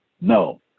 No